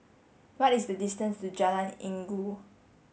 what is the distance to Jalan Inggu